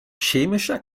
chemischer